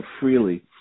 freely –